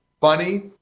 funny